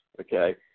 okay